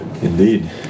Indeed